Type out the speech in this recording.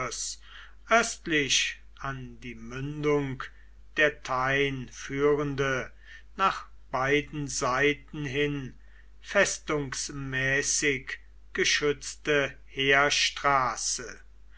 östlich an die mündung der tyne führende nach beiden seiten hin festungsmäßig geschützte heerstraße